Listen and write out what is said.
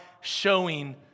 showing